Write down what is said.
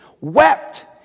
wept